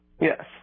Yes